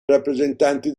rappresentanti